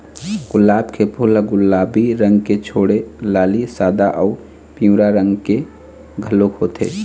गुलाब के फूल ह गुलाबी रंग के छोड़े लाली, सादा अउ पिंवरा रंग के घलोक होथे